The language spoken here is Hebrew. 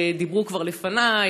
דיברו כבר לפני,